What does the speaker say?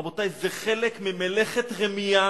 רבותי, זה חלק ממלאכת רמייה